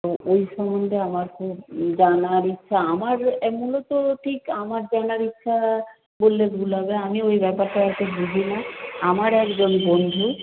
তো ওই সম্বন্ধে আমার খুব জানার ইচ্ছা আমার এক নম্বর তো ঠিক আমার জানার ইচ্ছা বললে ভুল হবে আমি ওই ব্যাপারটা অত বুঝি না আমার একজন বন্ধু